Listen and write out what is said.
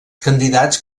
candidats